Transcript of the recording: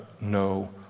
no